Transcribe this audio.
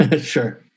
Sure